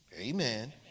Amen